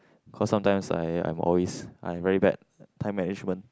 because sometimes I I am always very bad time management